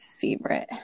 favorite